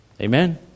Amen